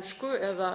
ensku, eða